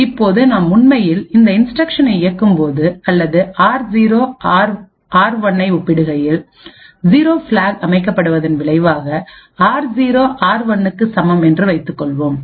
இப்போது நாம் உண்மையில் இந்த இன்ஸ்டிரக்ஷனை இயக்கும்போது அல்லது ஆர்0 ஆர்1 ஐ ஒப்பிடுகையில் 0 பிளாக் அமைக்கப்பட்டதன் விளைவாக ஆர்0 ஆர்1 க்கு சமம் என்று வைத்துக் கொள்வோம்